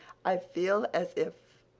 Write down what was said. i feel as if